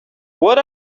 what